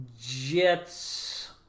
Jets